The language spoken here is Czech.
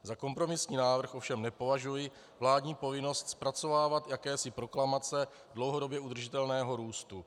Za kompromisní návrh ovšem nepovažuji vládní povinnost zpracovávat jakési proklamace dlouhodobě udržitelného růstu.